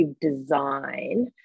design